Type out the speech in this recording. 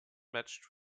matched